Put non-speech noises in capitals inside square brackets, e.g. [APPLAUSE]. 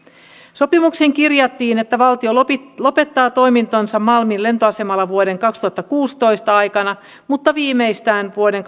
sopimukseen kirjattiin että valtio lopettaa lopettaa toimintansa malmin lentoasemalla vuoden kaksituhattakuusitoista aikana mutta viimeistään vuoden [UNINTELLIGIBLE]